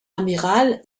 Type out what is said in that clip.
amiral